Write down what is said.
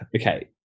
Okay